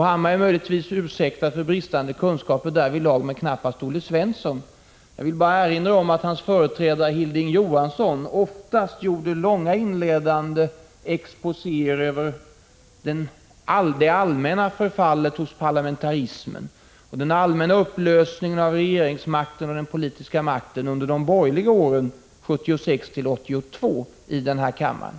Bo Hammar är möjligtvis ursäktad för bristande kunskaper därvidlag, men knappast Olle Svensson. Jag vill bara erinra om att hans företrädare Hilding Johansson under de borgerliga regeringsåren 1976—1982 oftast gjorde långa inledande exposéer här i kammaren över parlamentarismens allmänna förfall och den allmänna upplösningen av regeringsmakten.